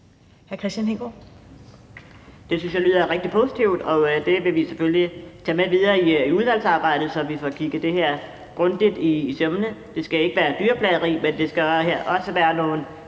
Det synes jeg lyder rigtig positivt, og det vil vi selvfølgelig tage med videre i udvalgsarbejdet, så vi får kigget det her grundigt efter i sømmene. Det skal ikke være dyrplageri, men vi skal også lære af de